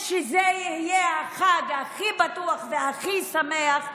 ושזה יהיה החג הכי בטוח והכי שמח,